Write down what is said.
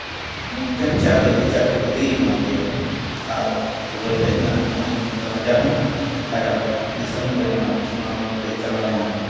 ᱢᱤᱫᱴᱮᱱ ᱪᱟᱣᱞᱤ ᱠᱮᱪᱟᱜ ᱠᱷᱩᱫᱤᱭ ᱮᱢᱟᱫᱮᱭᱟ ᱟᱨ ᱨᱩᱣᱟᱹᱲ ᱦᱮᱡᱱᱟ ᱩᱱᱤ ᱨᱟᱡᱟ ᱦᱚᱸ ᱟᱭᱟᱜ ᱫᱤᱥᱟᱹᱢ ᱛᱮ ᱚᱱᱟ ᱥᱚᱱᱟ ᱨᱚᱛᱷᱛᱮᱭ ᱪᱟᱞᱟᱣᱮᱱᱟ